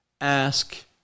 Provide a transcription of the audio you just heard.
Ask